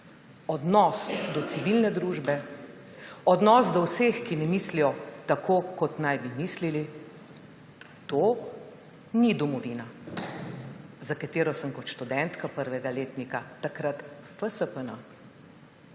odnos do civilne družbe, odnos do vseh, ki ne mislijo tako, kot naj bi mislili. To ni domovina, za katero sem kot študentka prvega letnika takrat FSPN